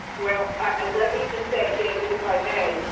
well ah let me just say, david, if i may,